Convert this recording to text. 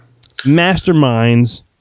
Masterminds